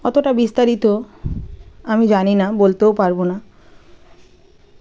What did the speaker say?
অতটা বিস্তারিত আমি জানি না বলতেও পারবো না